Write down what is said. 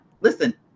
Listen